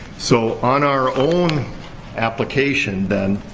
so, on our own application, then,